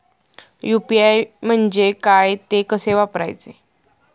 UPI म्हणजे काय, ते कसे वापरायचे?